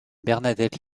bernadette